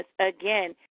again